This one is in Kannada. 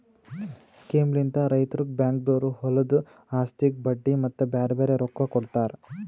ಸ್ಕೀಮ್ಲಿಂತ್ ರೈತುರಿಗ್ ಬ್ಯಾಂಕ್ದೊರು ಹೊಲದು ಆಸ್ತಿಗ್ ಬಡ್ಡಿ ಮತ್ತ ಬ್ಯಾರೆ ಬ್ಯಾರೆ ರೊಕ್ಕಾ ಕೊಡ್ತಾರ್